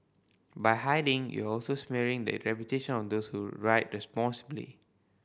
by hiding you also smearing the reputation of those who ride responsibly